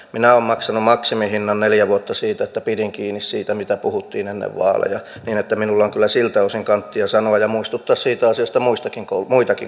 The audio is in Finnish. minä olen maksanut maksimihinnan neljä vuotta siitä että pidin kiinni siitä mistä puhuttiin ennen vaaleja niin että minulla on kyllä siltä osin kanttia sanoa ja muistuttaa siitä asiasta muitakin kollegoja